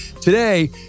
Today